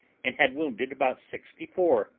and had wounded about sixty-four,